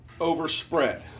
overspread